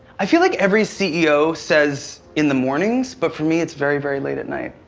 i feel like every ceo says in the mornings but for me it's very, very late at night.